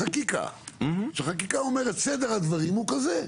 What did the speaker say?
חקיקה, שחקיקה אומרת סדר הדברים הוא כזה.